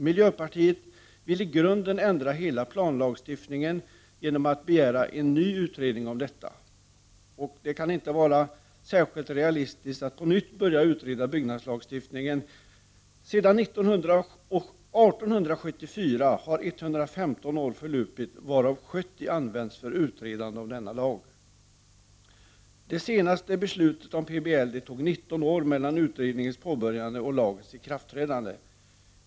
Miljöpartiet vill i grunden ändra hela planlagstiftningen genom att begära en ny utredning om denna. Det kan inte vara särskilt realistiskt att på nytt börja utreda byggnadslagstiftningen. Sedan 1874 har 115 år förlupit, varav 70 använts för utredande om denna lag. För det senaste beslutet om PBL tog det 19 år mellan utredningens påbörjande och lagens ikraftträdande.